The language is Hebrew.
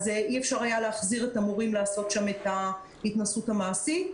אז אי-אפשר היה להחזיר את המורים לעשות שם את ההתנסות המעשית.